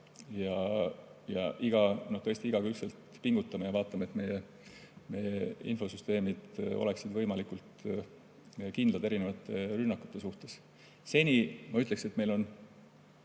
ja tõesti igakülgselt pingutame ja vaatame, et meie infosüsteemid oleksid võimalikult kindlad erinevate rünnakute suhtes. Seni, ma ütleks, et meil on